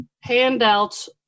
handouts